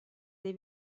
dei